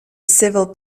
civil